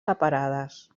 separades